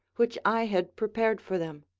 which i had prepared for them.